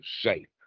safe